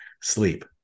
sleep